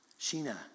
Sheena